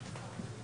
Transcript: תשמור 14 נקיים.